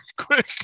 quick